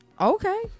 Okay